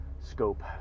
scope